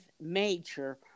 major